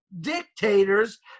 dictators